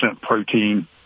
protein